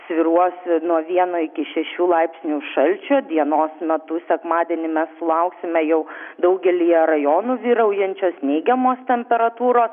svyruos nuo vieno iki šešių laipsnių šalčio dienos metu sekmadienį mes lauksime jau daugelyje rajonų vyraujančios neigiamos temperatūros